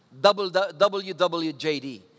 WWJD